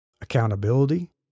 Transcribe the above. Accountability